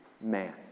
man